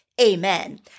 amen